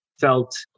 Felt